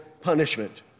punishment